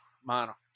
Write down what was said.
Mano